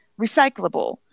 recyclable